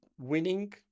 winning